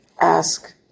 ask